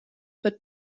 but